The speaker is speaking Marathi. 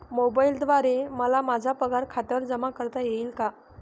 मोबाईलद्वारे मला माझा पगार खात्यावर जमा करता येईल का?